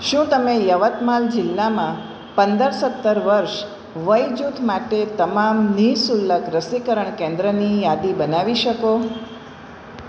શું તમે યવતમાલ જિલ્લામાં પંદર સત્તર વર્ષ વયજૂથ માટે તમામ નિઃશુલ્ક રસીકરણ કેન્દ્રની યાદી બનાવી શકો